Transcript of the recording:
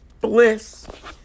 bliss